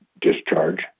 discharge